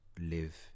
live